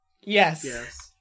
Yes